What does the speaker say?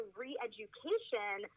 re-education